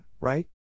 right